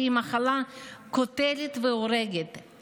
שהיא מחלה קוטלת והורגת,